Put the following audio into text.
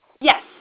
Yes